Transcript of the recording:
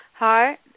hi